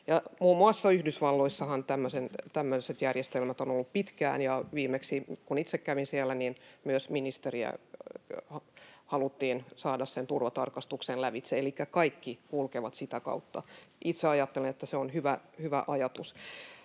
Muun muassa Yhdysvalloissahan tämmöiset järjestelmät ovat olleet pitkään, ja kun itse viimeksi kävin siellä, niin myös ministeri haluttiin saada sen turvatarkastuksen lävitse, elikkä kaikki kulkevat sitä kautta. Itse ajattelin, että se on hyvä ajatus.